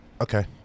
Okay